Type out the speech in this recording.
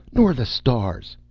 nor the stars!